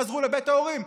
חזרו לבית ההורים.